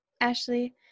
Ashley